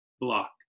block